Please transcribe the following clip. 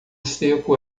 seco